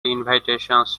invitations